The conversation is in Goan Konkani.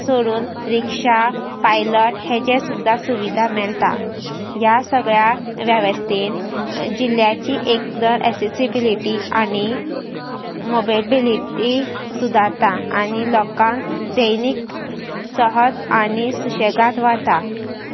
सोडून रिक्षा पायलट हेजे सुद्दा सुविधा मेळटा ह्या सगळ्या वेवस्थेन जिल्ल्याची एकदर एसिबिलिटी आनी मोबिलिटी सुदारता आनी लोकांक दैनीक सहज आनी सुशेगाद वता